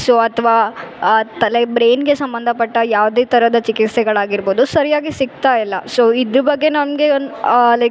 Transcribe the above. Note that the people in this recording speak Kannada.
ಸೋ ಅಥ್ವಾ ತಲೆ ಬ್ರೈನ್ಗೆ ಸಂಬಂಧಪಟ್ಟ ಯಾವುದೇ ಥರದ ಚಿಕಿತ್ಸೆಗಳಾಗಿರ್ಬೌದು ಸರಿಯಾಗಿ ಸಿಗ್ತಾಯಿಲ್ಲ ಸೋ ಇದ್ರ ಬಗ್ಗೆ ನಮಗೆ ಒನ್ ಲೈಕ್